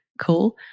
cool